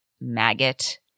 maggot